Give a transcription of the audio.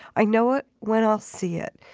i know it when i'll see it.